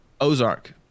Ozark